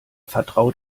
vertraut